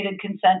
consent